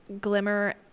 glimmer